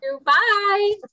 Bye